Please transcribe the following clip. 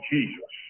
Jesus